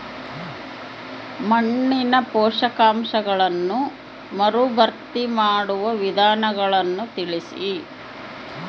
ಮಣ್ಣಿನ ಪೋಷಕಾಂಶಗಳನ್ನು ಮರುಭರ್ತಿ ಮಾಡುವ ವಿಧಾನಗಳನ್ನು ತಿಳಿಸಿ?